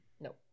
No